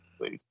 Please